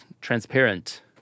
transparent